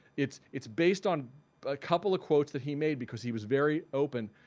it's it's based on a couple of quotes that he made because he was very open.